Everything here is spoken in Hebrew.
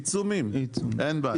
עיצומים, אין בעיה.